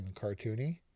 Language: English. cartoony